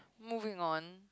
moving on